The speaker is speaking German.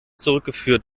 zurückgeführt